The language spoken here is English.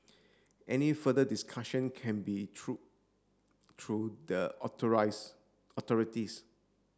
any further discussion can be through through the authorise authorities